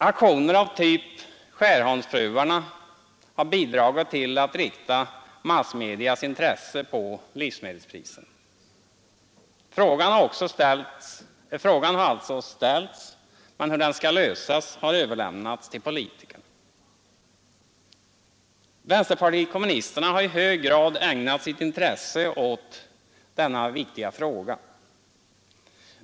Aktioner sådana som Skärholmsfruarnas har bidragit till att rikta massmedias intresse på livsmedelspriserna. Frågan har alltså ställts, men hur den skall lösas har man överlämnat till politikerna. Vänsterpartiet kommunisterna har i hög grad ägnat sitt intresse åt denna viktiga fråga.